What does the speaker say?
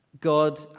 God